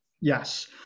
yes